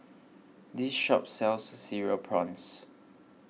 this shop sells Cereal Prawns